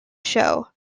show